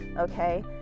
okay